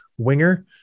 Winger